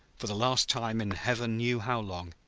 for the last time in heaven knew how long,